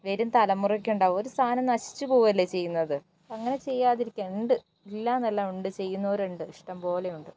വരും തലമുറയ്ക്ക് ഉണ്ടാകും ഒരു സാധനം നശിച്ചു പോകുകയല്ലേ ചെയ്യുന്നത് അങ്ങനെ ചെയ്യാതിരിക്കുക ഉണ്ട് ഇല്ലായെന്നല്ല ഉണ്ട് ചെയ്യുന്നവരുണ്ട് ഇഷ്ടംപോലെ ഉണ്ട്